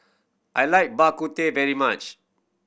I like Bak Kut Teh very much